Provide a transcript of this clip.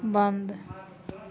बन्द